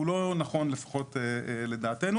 הוא לא נכון לפחות לדעתנו.